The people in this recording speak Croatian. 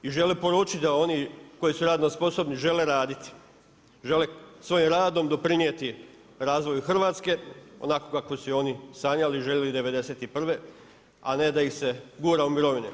I žele poručiti da oni koji su radno sposobni žele raditi, žele svojim radom doprinijeti razvoju Hrvatske onako kako su je oni sanjali, željeli '91. a ne da ih se gura u mirovine.